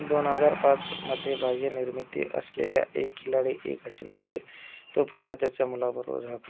दोन हजार पाच मध्ये बाह्यनिर्मिती असलेल्या एक खिलाडी एक हसीनामध्ये तो पुन्हा त्याच्या मुलाबरोबर झळकला